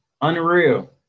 unreal